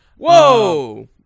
Whoa